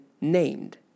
named